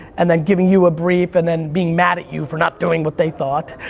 and then giving you a brief, and then being mad at you for not doing what they thought,